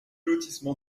lotissement